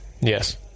Yes